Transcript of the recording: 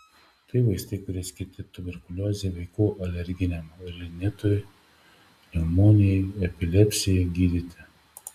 tai vaistai kurie skirti tuberkuliozei vaikų alerginiam rinitui pneumonijai epilepsijai gydyti